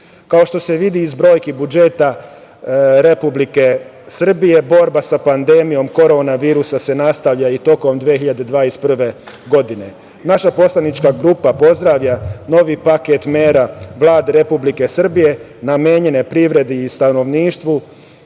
Kao što se vidi iz brojki budžeta Republike Srbije, borba sa pandemijom korona virusa se nastavlja i tokom 2021. godine. Naša poslanička grupa pozdravlja novi paket mera Vlade Republike Srbije namenjene privredi i stanovništvu